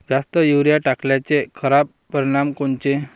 जास्त युरीया टाकल्याचे खराब परिनाम कोनचे?